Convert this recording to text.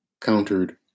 countered